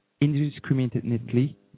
indiscriminately